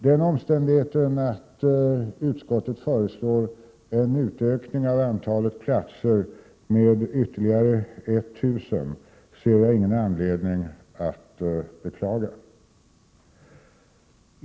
Den omständigheten att utskottet föreslår en utökning av antalet platser med ytterligare 1 000 ser jag ingen anledning att beklaga.